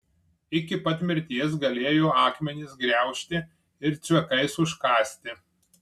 iki pat mirties galėjo akmenis griaužti ir cvekais užkąsti